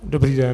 Dobrý den.